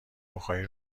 بخاری